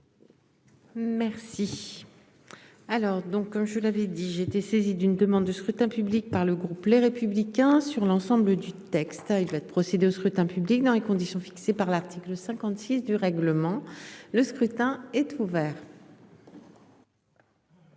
Merci. Alors donc, je l'avais dit j'ai été saisi d'une demande de scrutin public par le groupe, les républicains sur l'ensemble du texte, il va être procédé au scrutin public dans les conditions fixées par l'article 56 du règlement, le scrutin est ouvert.